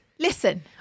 Listen